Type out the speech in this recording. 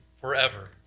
forever